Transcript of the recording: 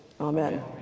Amen